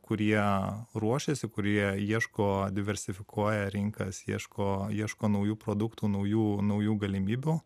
kurie ruošiasi kurie ieško diversifikuoja rinkas ieško ieško naujų produktų naujų naujų galimybių